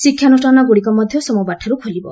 ଶିକ୍ଷାନୁଷ୍ଠାନଗୁଡ଼ିକ ସୋମବାରଠାରୁ ଖୋଲିବ